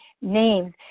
names